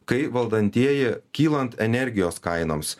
kai valdantieji kylant energijos kainoms